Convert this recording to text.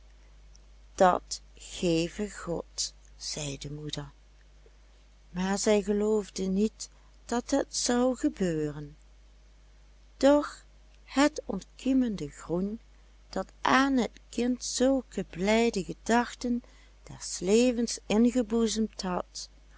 dat geve god zei de moeder maar zij geloofde niet dat het zou gebeuren doch het ontkiemende groen dat aan het kind zulke blijde gedachten des levens